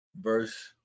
verse